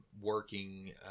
working